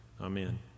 Amen